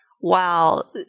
wow